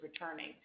returning